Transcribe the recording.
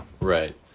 Right